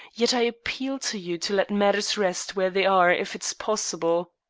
yet i appeal to you to let matters rest where they are if it is possible.